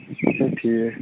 اَچھا ٹھیٖک